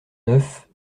neuf